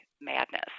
Madness